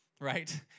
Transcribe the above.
right